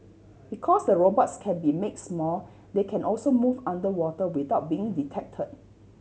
because the robots can be make small they can also move underwater without being detected